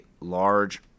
large